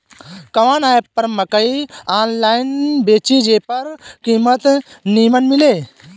कवन एप पर मकई आनलाइन बेची जे पर कीमत नीमन मिले?